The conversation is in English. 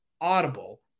Audible